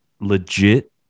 legit